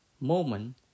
moment